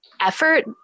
effort